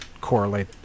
correlate